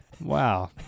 Wow